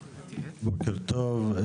בוקר טוב.